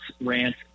rant